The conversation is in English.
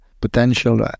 potential